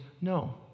No